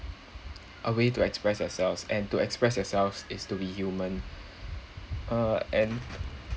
a way to express yourselves and to express yourselves is to be human uh and